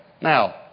Now